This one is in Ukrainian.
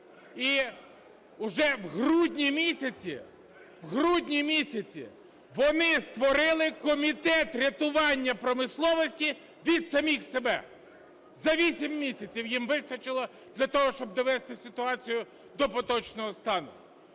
в грудні місяці вони створили комітет рятування промисловості від самих себе. За 8 місяців їм вистачило для того, щоб довести ситуацію до поточного стану.